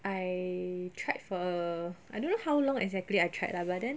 I tried for uh I don't know how long exactly I tried lah but then